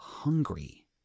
hungry